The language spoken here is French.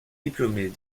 diplômée